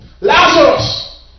Lazarus